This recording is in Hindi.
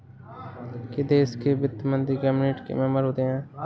देश के वित्त मंत्री कैबिनेट के मेंबर होते हैं